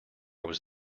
was